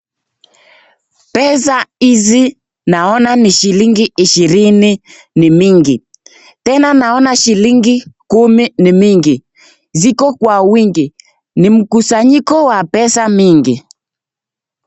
Pesa hizi naona ni shilingi ishirini ni mingi, tena naona shilingi kumi ni mingi ziko kwa wingi, ni mkusanyiko wa pesa mingi.